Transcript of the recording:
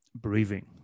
breathing